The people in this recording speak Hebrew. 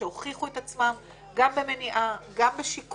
המרכזים האלה הוכיחו את עצמם גם במניעה וגם בשיקום.